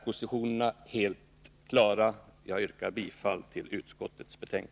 Positionerna är helt klara. Jag yrkar bifall till utskottets hemställan.